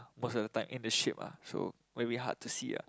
most of the time in the ship ah so very hard to see ah